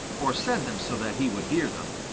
or said them so that he would hear them.